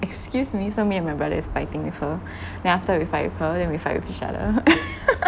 excuse me so me and my brother is fighting with her then after we fight with her then we fight with each other